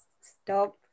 stop